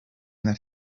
that